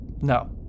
No